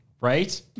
right